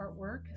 artwork